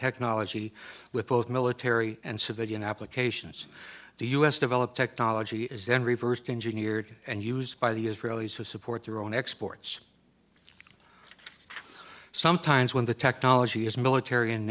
technology with both military and civilian applications the us develop technology is then reversed engineered and used by the israelis to support their own exports sometimes when the technology is military in